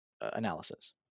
analysis